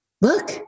look